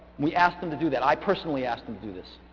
we asked them to do that. i personally asked them to do this.